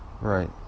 Right